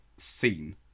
Scene